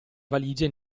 valige